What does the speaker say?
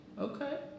Okay